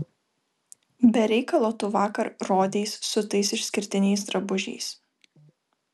be reikalo tu vakar rodeis su tais išskirtiniais drabužiais